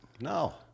no